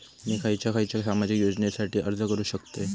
मी खयच्या खयच्या सामाजिक योजनेसाठी अर्ज करू शकतय?